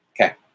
Okay